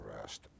rest